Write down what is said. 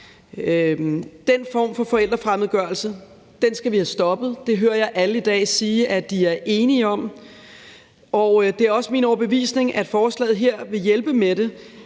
Den form for forældrefremmedgørelse skal vi have stoppet. Det hører jeg alle i dag sige at de er enige i, og det er også min overbevisning, at forslaget her vil hjælpe med det.